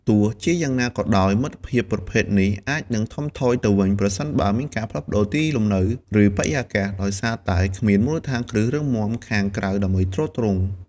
ទោះជាយ៉ាងណាក៏ដោយ មិត្តភាពប្រភេទនេះអាចនឹងថមថយទៅវិញ ប្រសិនបើមានការផ្លាស់ប្តូរទីលំនៅ ឬបរិយាកាស ដោយសារតែគ្មានមូលដ្ឋានគ្រឹះរឹងមាំខាងក្រៅដើម្បីទ្រទ្រង់។